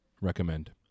recommend